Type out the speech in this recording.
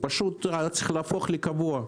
פשוט צריך להפוך לקבוע.